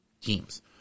teams